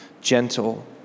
gentle